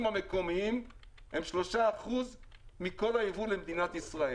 המקומיים הם 3% מכל הייבוא למדינת ישראל.